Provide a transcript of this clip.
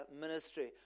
ministry